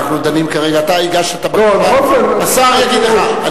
אנחנו דנים כרגע, אתה הגשת את הבקשה והשר יגיד לך.